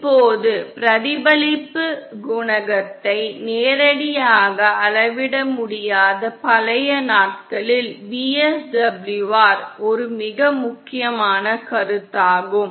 இப்போது பிரதிபலிப்பு குணகத்தை நேரடியாக அளவிட முடியாத பழைய நாட்களில் VSWR ஒரு மிக முக்கியமான கருத்தாகும்